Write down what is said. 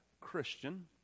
Christian